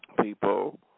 People